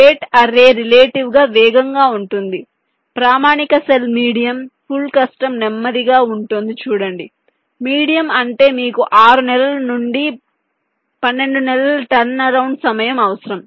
gate array relative గా వేగంగా ఉంటుంది ప్రామాణిక సెల్ మీడియం ఫుల్ కస్టమ్ నెమ్మదిగా ఉంటుంది చూడండి మీడియం అంటే మీకు 6 నెలల నుండి 12 నెలల టర్నరౌండ్ సమయం అవసరం